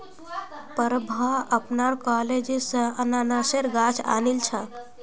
प्रभा अपनार कॉलेज स अनन्नासेर गाछ आनिल छ